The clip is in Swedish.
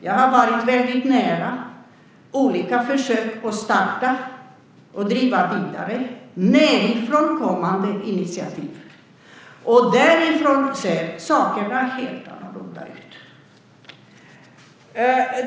Jag har varit väldigt nära olika försök att starta och driva vidare nedifrån kommande initiativ. Därifrån ser sakerna helt annorlunda ut.